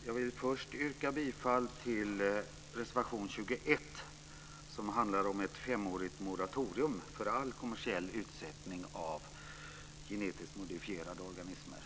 Fru talman! Jag vill först yrka bifall till reservation 21 som handlar om ett femårigt moratorium för all kommersiell utsättning av genetiskt modifierade organismer.